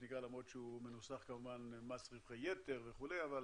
למרות שהוא מנוסח מס רווחי יתר וכו', אבל